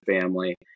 family